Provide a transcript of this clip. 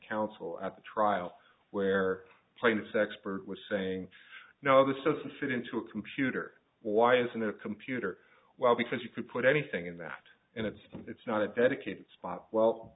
counsel at the trial where plaintiff's expert was saying no this doesn't fit into a computer why isn't there computer well because you can put anything in that and it's it's not a dedicated spot well